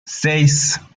seis